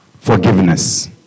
Forgiveness